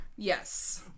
Yes